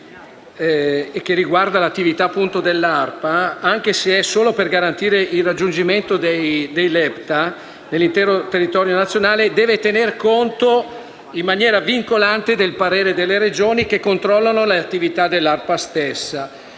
triennale delle attività delle ARPA, anche se è solo per garantire il raggiungimento dei LEPTA sull'intero territorio nazionale, debba tener conto in maniera vincolante del parere delle Regioni, che controllano le attività delle ARPA stesse.